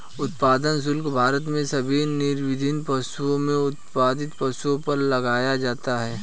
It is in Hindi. उत्पाद शुल्क भारत में सभी विनिर्मित वस्तुओं या उत्पादित वस्तुओं पर लगाया जाता है